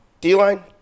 d-line